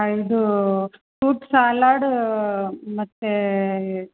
ಇದು fruit salad ಮತ್ತೆ